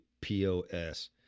POS